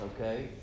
Okay